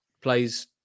plays